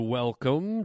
welcome